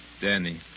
Danny